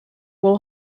will